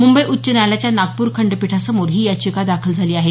मुंबई उच्च न्यायालयाच्या नागपूर खंडपीठासमोर ही याचिका दाखल झाली आहे